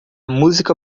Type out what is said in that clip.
música